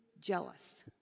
jealous